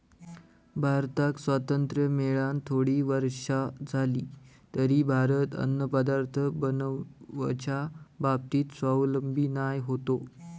भारताक स्वातंत्र्य मेळान थोडी वर्षा जाली तरी भारत अन्नपदार्थ बनवच्या बाबतीत स्वावलंबी नाय होतो